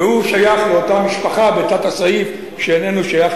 והוא שייך לאותה משפחה בתת-הסעיף שאינה שייכת